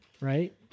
Right